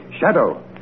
Shadow